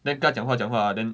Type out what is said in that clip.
then 跟她讲话讲话 ah then